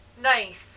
Nice